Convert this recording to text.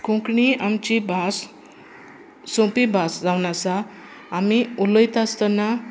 कोंकणी आमची भास सोंपी भास जावन आसा आमी उलयता आसतना